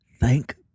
Thank